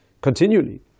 continually